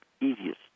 easiest